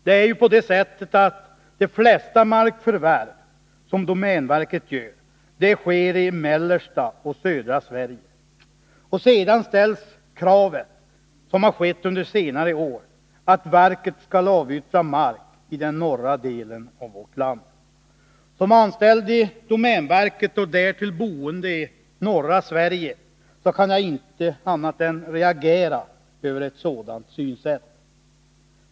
Det är ju på det sättet att de flesta av domänverkets markförvärv görs i mellersta och södra Sverige. Sedan ställs kravet, som har skett under senare år, att verket skall avyttra mark i den norra delen av vårt land. Som anställd i domänverket och därtill boende i norra Sverige kan jag inte annat än reagera över ett sådant synsätt.